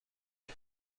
کنم